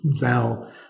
thou